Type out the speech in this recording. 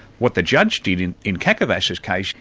what the judge did in in kakavas's case,